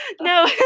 No